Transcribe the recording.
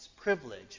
privilege